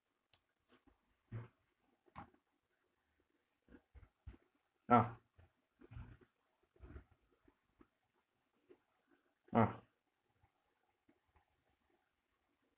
ah ah